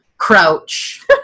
crouch